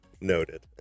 Noted